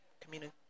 community